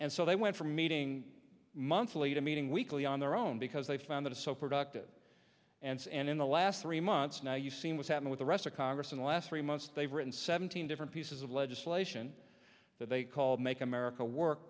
and so they went from meeting monthly to meeting weekly on their own because they found them so productive and and in the last three months now you've seen what's happened with the rest of congress in the last three months they've written seventeen different pieces of legislation that they call make america work